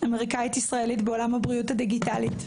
אמריקאית ישראלית בעולם הבריאות הדיגיטלית,